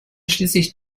schließlich